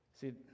See